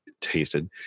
tasted